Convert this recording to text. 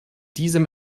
diesem